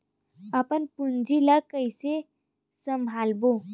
अपन पूंजी ला कइसे संभालबोन?